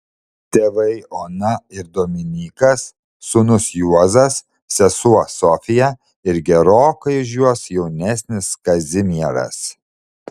tėvai ona ir dominykas sūnus juozas sesuo sofija ir gerokai už juos jaunesnis kazimieras